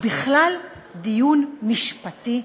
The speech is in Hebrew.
הוא בכלל דיון משפטי?